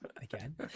again